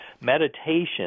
meditation